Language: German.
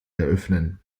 eröffnen